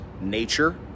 nature